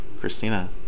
christina